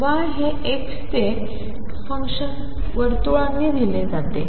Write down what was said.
Y हे X चे function वर्तुळांनी दिले आहे